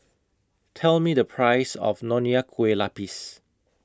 Tell Me The Price of Nonya Kueh Lapis